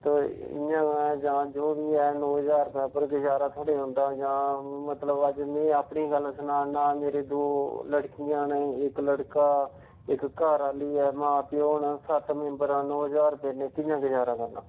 ते इ'यां गै जां जो बी है नौ हजार रपे उप्पर गजारा थोड़े होंदा जां मतलब अज्ज में अपनी गल्ल सनाऽ नां मेरी दो लड़कियां न इक लड़का इक घर आह्ली ऐ मा प्यो न सत्त मेम्बर न नौ हजार रपे नै कि'यां गजारा करना